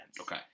Okay